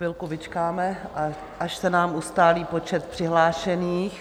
Chvilku vyčkáme, až se nám ustálí počet přihlášených.